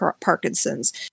Parkinson's